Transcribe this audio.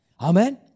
Amen